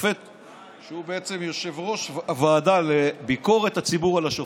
שופט שהוא בעצם יושב-ראש הוועדה לביקורת הציבור על השופטים,